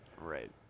right